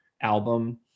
album